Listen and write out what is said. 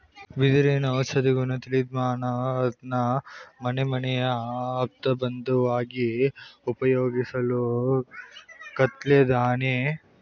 ಬಿದಿರಿನ ಔಷಧೀಗುಣ ತಿಳಿದ್ಮಾನವ ಅದ್ನ ಮನೆಮನೆಯ ಆಪ್ತಬಂಧುವಾಗಿ ಉಪಯೋಗಿಸ್ಲು ಕಲ್ತಿದ್ದಾನೆ